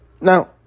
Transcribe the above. Now